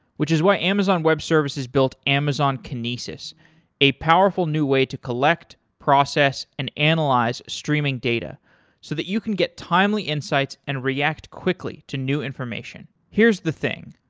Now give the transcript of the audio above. which is why amazon web services built amazon kinesis a powerful new way to collect, process and analyze streaming data so that you can get timely insights and react quickly to new information. here's the thing,